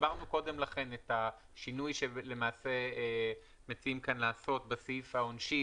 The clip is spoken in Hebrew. הסברנו קודם לכן את השינוי שמציעים לעשות בסעיף העונשי